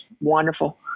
wonderful